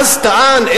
ואז טען,